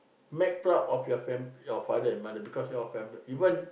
make proud of your family your father and mother because your fami~ even